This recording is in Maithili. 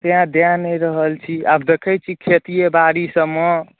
तैँ दए नहि रहल छी आब देखैत छी खेतिए बारी सबमे